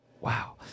Wow